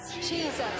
Jesus